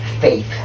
faith